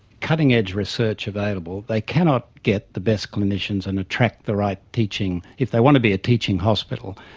cutting-edge research available, they cannot get the best clinicians and attract the right teaching. if they want to be a teaching hospital,